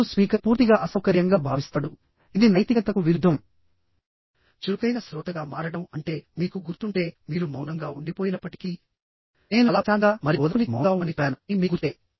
మరియు స్పీకర్ పూర్తిగా అసౌకర్యంగా భావిస్తాడు ఇది నైతికతకు విరుద్ధం చురుకైన శ్రోతగా మారడం అంటే మీకు గుర్తుంటే మీరు మౌనంగా ఉండిపోయినప్పటికీ నేను చాలా ప్రశాంతంగా మరియు ఓదార్పునిచ్చే మౌనంగా ఉండమని చెప్పాను అని మీకు గుర్తుంటే